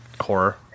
horror